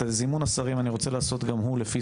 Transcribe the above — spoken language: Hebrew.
את זימון השרים אני רוצה לעשות גם הוא לפי